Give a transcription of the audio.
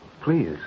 Please